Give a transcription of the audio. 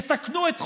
יתקנו את חוק-יסוד: